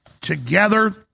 together